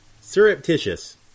surreptitious